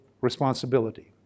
responsibility